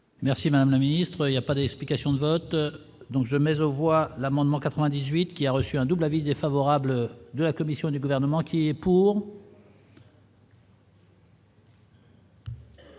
Merci madame la ministre, il y a pas d'explication de vote. Donc je mais aux voix l'amendement 98 qui a reçu un double avis défavorable de la commission du gouvernement qui est pour.